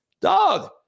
Dog